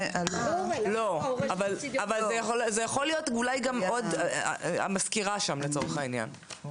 זאת יכולה להיות המזכירה שם לצורך העניין,